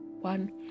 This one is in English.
one